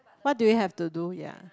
what do you have to do ya